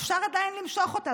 אפשר עדיין למשוך אותה,